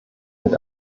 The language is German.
mit